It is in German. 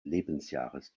lebensjahres